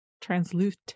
translucent